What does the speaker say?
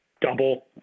double